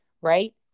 right